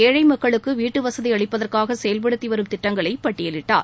ஏழை மக்களுக்கு வீட்டு வசதி அளிப்பதற்காக செயல்படுத்தி வரும் திட்டங்களை பட்டியலிட்டார்